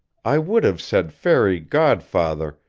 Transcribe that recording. i would have said fairy-godfather,